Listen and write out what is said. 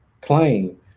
claim